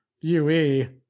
UE